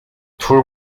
turbo